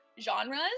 genres